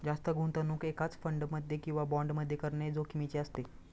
जास्त गुंतवणूक एकाच फंड मध्ये किंवा बॉण्ड मध्ये करणे जोखिमीचे असते